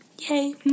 Yay